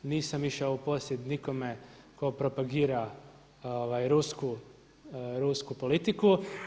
Nisam išao u posjet nikome tko propagira rusku politiku.